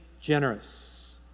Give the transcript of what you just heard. generous